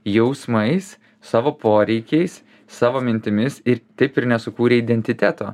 jausmais savo poreikiais savo mintimis ir taip ir nesukūrė identiteto